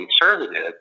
conservative